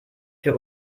für